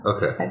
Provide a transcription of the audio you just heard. Okay